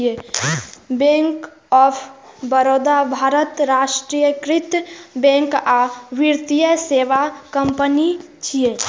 bank of Baroda भारतक राष्ट्रीयकृत bank आ वित्तीय सेवा कंपनी छियै